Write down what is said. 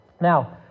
Now